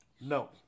No